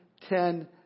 ten